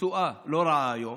תשואה לא רעה היום,